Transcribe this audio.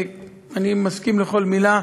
אני מסכים לכל מילה: